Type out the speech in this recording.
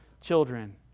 children